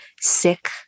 sick